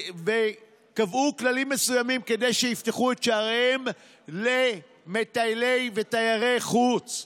קבעו כללים מסוימים כדי שיפתחו את שעריהן למטיילי ותיירי חוץ,